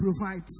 provide